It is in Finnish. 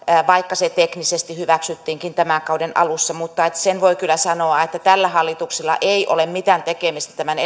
vaikka se teknisesti hyväksyttiinkin tämän kauden alussa mutta sen voi kyllä sanoa että tällä hallituksella ei ole mitään tekemistä tämän